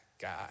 guy